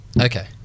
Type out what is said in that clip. okay